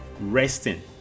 resting